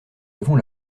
avons